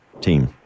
team